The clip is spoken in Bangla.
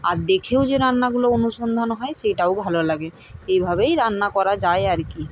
আর দেখেও যে রান্নাগুলো অনুসন্ধান হয় সেটাও ভালো লাগে এইভাবেই রান্না করা যায় আর কি